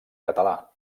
català